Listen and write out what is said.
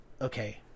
okay